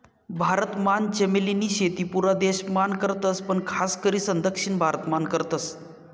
भारत मान चमेली नी शेती पुरा देश मान करतस पण खास करीसन दक्षिण भारत मान करतस